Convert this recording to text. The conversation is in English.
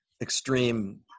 extreme